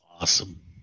Awesome